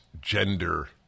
gender